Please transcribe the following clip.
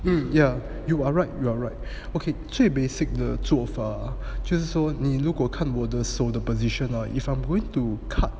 hmm ya you are right you are right okay 最 basic 的做法就是说你如果看我的手 the position hor if I'm going to cut